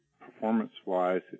performance-wise